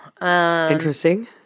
Interesting